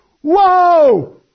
whoa